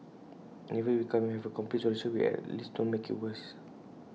and even if we can't have A complete solution we at least don't make IT worse